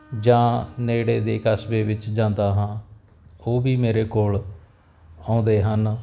ਜਾਂ ਨੇੜੇ ਦੇ ਕਸਬੇ ਵਿੱਚ ਜਾਂਦਾ ਹਾਂ ਉਹ ਵੀ ਮੇਰੇ ਕੋਲ ਆਉਂਦੇ ਹਨ